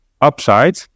upside